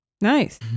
Nice